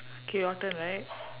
K your turn right